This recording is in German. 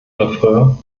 refrain